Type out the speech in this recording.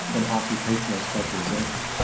and occupational specialization.